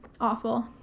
awful